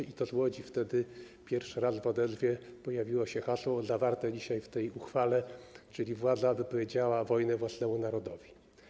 I to w Łodzi wtedy pierwszy raz w odezwie pojawiło się hasło zawarte dzisiaj w tej uchwale, czyli: władza wypowiedziała wojnę własnemu narodowi.